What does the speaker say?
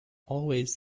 always